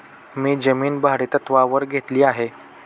मी जमीन भाडेतत्त्वावर घेतली आहे